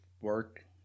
work